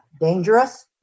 dangerous